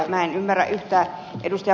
minä en ymmärrä yhtään ed